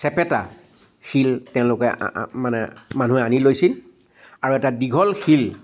চেপেতা শিল তেওঁলোকে মানে মানুহে আনি লৈছিল আৰু এটা দীঘল শিল